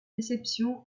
déception